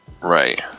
Right